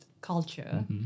culture